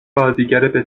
بازیگر